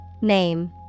Name